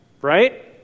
right